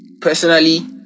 Personally